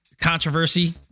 controversy